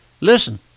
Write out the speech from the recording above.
Listen